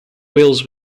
wales